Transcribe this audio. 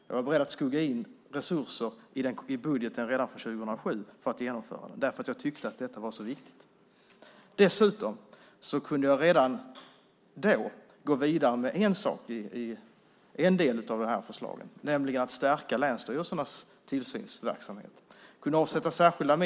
Jag var beredd att skugga in resurser i budgeten redan för 2007 därför att jag tyckte att detta var så viktigt. Dessutom kunde jag redan då gå vidare med en del i förslagen, nämligen att stärka länsstyrelsernas tillsynsverksamhet. Jag kunde avsätta särskilda medel.